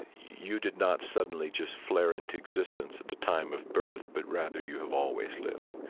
you did not suddenly just flare into existence at the time of birth, but rather, you have always lived.